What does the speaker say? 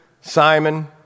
Simon